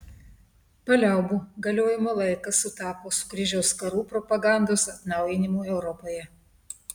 paliaubų galiojimo laikas sutapo su kryžiaus karų propagandos atnaujinimu europoje